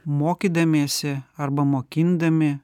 mokydamiesi arba mokindami